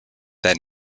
that